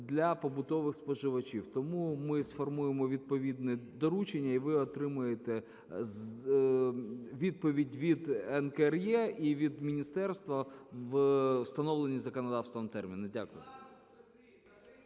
для побутових споживачів. Тому ми сформуємо відповідне доручення, і ви отримаєте відповідь від НКРЕ і від міністерства у встановлені законодавством терміни. Дякую.